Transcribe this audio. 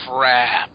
Crap